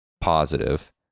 positive